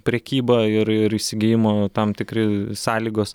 prekyba ir ir įsigijimo tam tikri sąlygos